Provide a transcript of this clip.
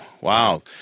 wow